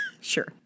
Sure